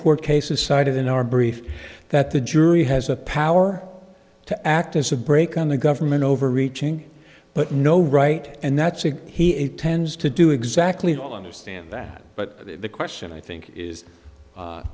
court cases cited in our brief that the jury has the power to act as a brake on the government overreaching but no right and that's why he intends to do exactly all understand that but the question i think is